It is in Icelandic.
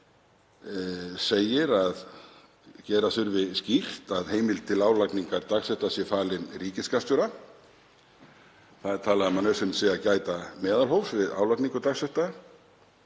sem segir að gera þurfi skýrt að heimild til álagningar dagsekta sé falin ríkisskattstjóra. Það er talað um að nauðsynlegt sé að gæta meðalhófs við álagningu dagsekta